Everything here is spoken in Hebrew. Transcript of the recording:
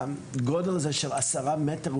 הגודל הזה של 10 מטרים,